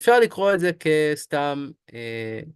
אפשר לקרוא את זה כסתם...